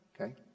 okay